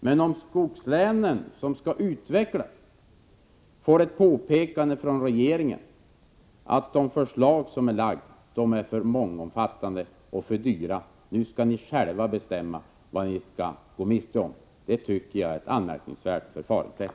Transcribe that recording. Men när skogslänen — som skall utvecklas — får ett påpekande från regeringen att de förslag som lagts fram är för mångomfattande och för dyra och en uppmaning att själva bestämma vad de skall gå miste om, då är det ett anmärkningsvärt förfaringssätt.